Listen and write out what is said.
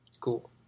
Cool